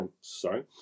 Sorry